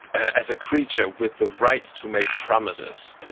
as a creature with the right to make promises.